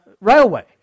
Railway